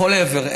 לכל עבר,